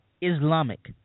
Islamic